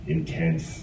intense